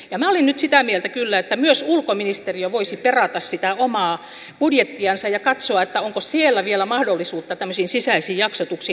minä olen nyt sitä mieltä kyllä että myös ulkoministeriö voisi perata sitä omaa budjettiansa ja katsoa onko siellä vielä mahdollisuutta tämmöisiin sisäisiin jaksotuksiin